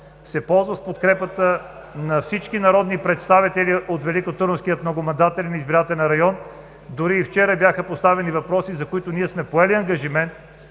се ползва с подкрепата на всички народни представители от Великотърновски многомандатен избирателен район. Дори и вчера бяха поставени въпроси, за които ние сме поели ангажимент,